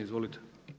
Izvolite.